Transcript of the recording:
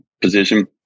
position